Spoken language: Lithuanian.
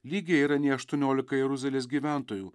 lygiai yra nei aštuoniolika jeruzalės gyventojų